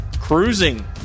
cruising